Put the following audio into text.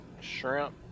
shrimp